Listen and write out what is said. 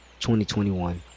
2021